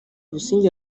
busingye